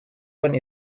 one